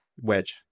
Wedge